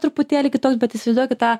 truputėlį kitoks bet įsivaizduokit tą